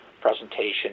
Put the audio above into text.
presentation